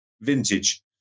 vintage